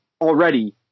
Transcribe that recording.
already